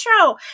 intro